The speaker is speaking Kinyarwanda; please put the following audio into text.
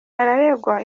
araregwa